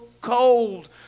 cold